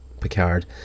Picard